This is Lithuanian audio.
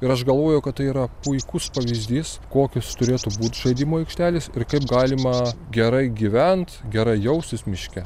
ir aš galvoju kad tai yra puikus pavyzdys kokios turėtų būt žaidimų aikštelės ir kaip galima gerai gyvent gerai jaustis miške